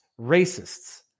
racists